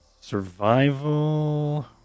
survival